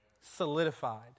Solidified